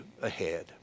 ahead